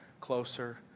closer